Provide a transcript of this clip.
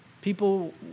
people